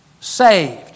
saved